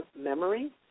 memory